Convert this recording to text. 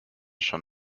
schon